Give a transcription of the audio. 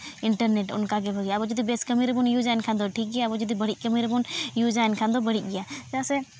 internet ᱚᱱᱠᱟᱜᱮ ᱵᱷᱟᱹᱜᱤᱭᱟ ᱟᱵᱚ ᱡᱩᱫᱤ ᱵᱮᱥ ᱠᱟᱹᱢᱤ ᱨᱮᱵᱚᱱ ᱤᱣᱩᱡᱟ ᱸ ᱚᱱᱟ ᱫᱚ ᱴᱷᱤᱠ ᱜᱮᱭᱟ ᱟᱵᱚ ᱡᱩᱫᱤ ᱵᱟᱹᱲᱤᱡ ᱠᱟᱹᱢᱤ ᱨᱮᱵᱚᱱ ᱤᱣᱩᱡᱟ ᱮᱱᱠᱷᱟᱱ ᱫᱚ ᱵᱟᱹᱲᱤᱡ ᱜᱮᱭᱟ ᱪᱮᱫᱟᱜ ᱥᱮ